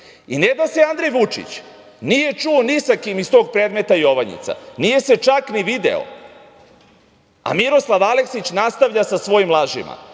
da se Andrej Vučić nije čuo ni sa kim iz tog predmeta "Jovanjica", nije se čak ni video, a Miroslav Aleksić nastavlja sa svojim lažima